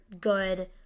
good